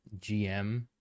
gm